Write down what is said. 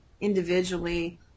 individually